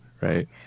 right